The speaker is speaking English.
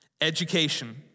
education